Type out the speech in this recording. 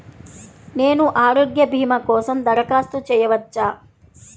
నేను ఆరోగ్య భీమా కోసం దరఖాస్తు చేయవచ్చా?